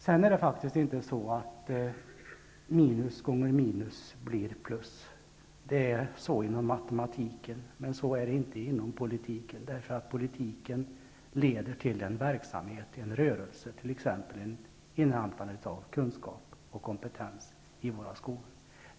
Det är faktiskt inte på det sättet att minus gånger minus blir plus. Det är så i matematiken, men inte i politiken, därför att politiken leder till en verksamhet, till en rörelse, t.ex. inhämtande av kunskap och kompetens i våra skolor.